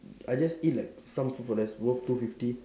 I just eat like some food for less worth two fifty